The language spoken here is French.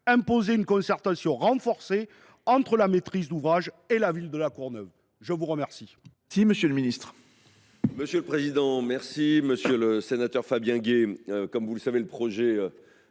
d’imposer une concertation renforcée entre la maîtrise d’ouvrage et la ville de La Courneuve. Très bien